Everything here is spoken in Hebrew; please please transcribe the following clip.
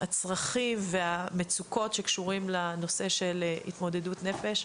הצרכים והמצוקות שקשורים לנושא של התמודדות נפש.